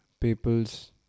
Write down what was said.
people's